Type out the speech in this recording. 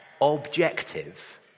objective